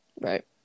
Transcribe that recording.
Right